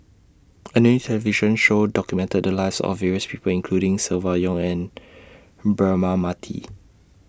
A New television Show documented The Lives of various People including Silvia Yong and Braema Mathi